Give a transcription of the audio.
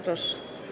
Proszę.